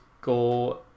go